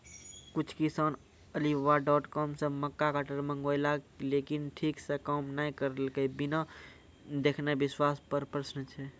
कुछ किसान Alibaba dot com से मक्का कटर मंगेलके लेकिन ठीक से काम नेय करलके, बिना देखले विश्वास पे प्रश्न छै?